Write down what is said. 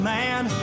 man